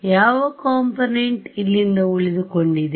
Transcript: ಯಾವ ಕಾಂಪೊನೆಂಟ್ ಇಲ್ಲಿಂದ ಉಳಿದುಕೊಂಡಿದೆ